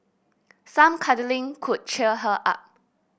some cuddling could cheer her up